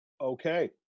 Okay